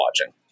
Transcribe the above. watching